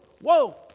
whoa